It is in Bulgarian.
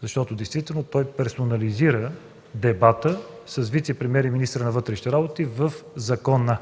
защото действително той персонализира дебата с вицепремиер и министър на вътрешните работи в закона.